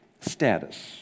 status